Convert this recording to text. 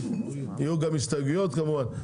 יהיו גם הסתייגויות כמובן.